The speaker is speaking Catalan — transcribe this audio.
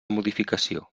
modificació